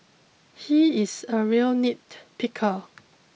he is a real nitpicker